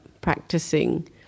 practicing